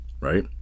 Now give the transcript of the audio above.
right